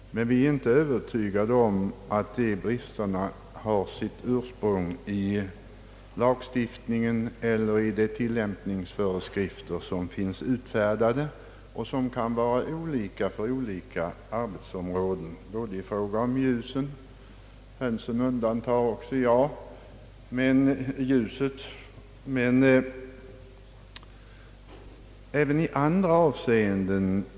Men vi är inte övertygade om att de bristerna har sitt ursprung i lagstiftningen eller i de tilllämpningsföreskrifter som finns utfärdade och som kan vara olika för skilda arbetsområden både i fråga om ljuset — hönsen undantar jag — och i andra avseenden.